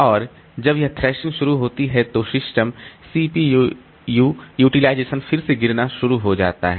और जब यह थ्रेशिंग शुरू होती है तो सिस्टम CPU यूटिलाइजेशन फिर से गिरना शुरू हो जाता है